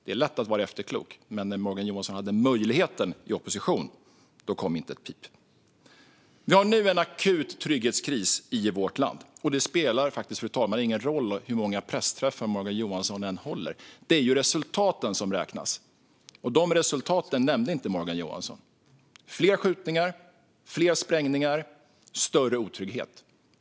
Det är lätt att vara efterklok. Men när Morgan Johansson hade möjligheten i opposition kom inte ett pip. Vi har nu en akut trygghetskris i vårt land. Det spelar faktiskt inte någon roll, fru talman, hur många pressträffar Morgan Johansson håller - det är resultaten som räknas. Och de resultaten nämnde inte Morgan Johansson: fler skjutningar, fler sprängningar och större otrygghet.